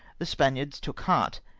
the spaniards took heart,